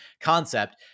concept